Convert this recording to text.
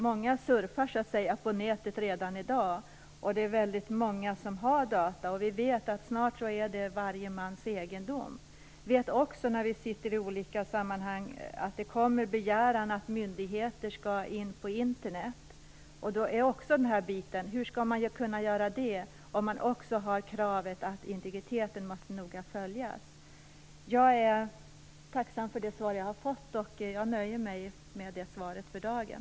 Många surfar på nätet redan i dag. Det är många som har dator, och vi vet att datorer snart är var mans egendom. Vi vet också från olika sammanhang att det kommer begäran om att myndigheter skall in på Internet. Frågan är: Hur skall det kunna ske, om det också finns ett krav på att integriteten noga måste skyddas? Jag är tacksam för det svar jag har fått. Jag nöjer mig med det för dagen.